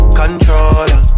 controller